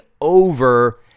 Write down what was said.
over